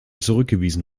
zurückgewiesen